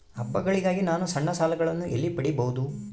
ಹಬ್ಬಗಳಿಗಾಗಿ ನಾನು ಸಣ್ಣ ಸಾಲಗಳನ್ನು ಎಲ್ಲಿ ಪಡಿಬಹುದು?